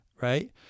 right